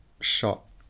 shot